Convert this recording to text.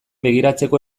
begiratzeko